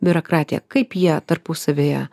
biurokratiją kaip jie tarpusavyje